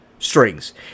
strings